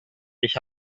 ich